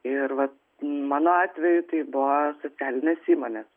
ir va mano atveju tai buvo socialinės įmonės